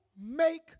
make